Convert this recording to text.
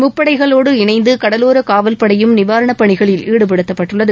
முப்படைகளோடு இணைந்து கடலோர காவல்படையும் நிவாரணப் பணிகளில் ஈடுபடுத்தப்பட்டுள்ளனர்